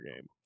game